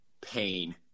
Pain